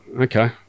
okay